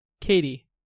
Katie